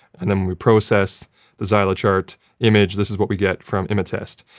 and then when we process the xyla chart image this is what we get from imatest.